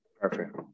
Perfect